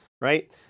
right